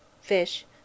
fish